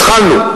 התחלנו,